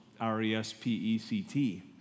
R-E-S-P-E-C-T